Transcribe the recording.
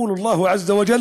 (אומר דברים בשפה הערבית,